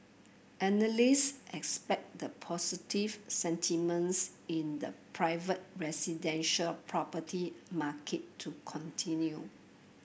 analysts expect the positive sentiments in the private residential property market to continue